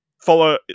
follow